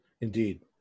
Indeed